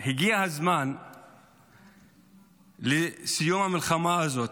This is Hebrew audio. הגיע הזמן לסיים את המלחמה הזאת,